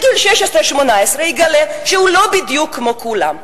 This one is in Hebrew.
בגיל 16 18 הוא יגלה שהוא לא בדיוק כמו כולם.